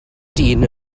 dyn